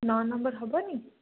ନଅ ନମ୍ବର ହେବନି